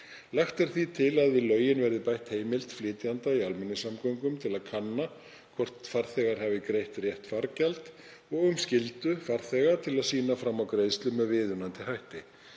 Lagt er því til að við lögin verði bætt heimild flytjenda í almenningssamgöngum til að kanna hvort farþegar hafi greitt rétt fargjald og um skyldu farþega til að sýna fram á greiðslu með viðunandi hætti.